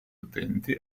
utenti